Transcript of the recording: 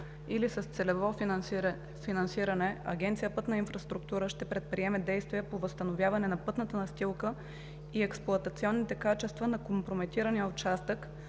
или с целево финансиране Агенция „Пътна инфраструктура“ ще предприеме действия по възстановяване на пътната настилка и експлоатационните качества на компрометирания участък,